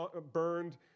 burned